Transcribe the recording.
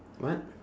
what